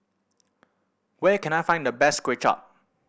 where can I find the best Kuay Chap